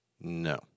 No